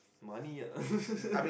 money ah